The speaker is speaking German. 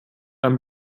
einem